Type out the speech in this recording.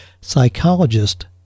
psychologist